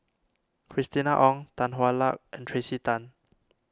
Christina Ong Tan Hwa Luck and Tracey Tan